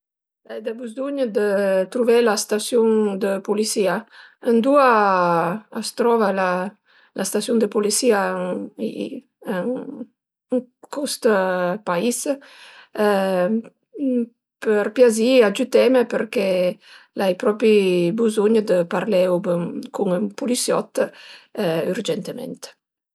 Ai da buzugn dë truvé la stasiun dë pulisìa. Ëndua a s'trova la stasiun dë pulisìa ën cust pais? Për piazì agiüteme përché l'ai propi buzugn dë parlé ub cun ün pulisiot ürgentement